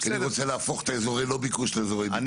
כי אני רוצה להפוך את אזורי לא ביקוש לאזורי ביקוש.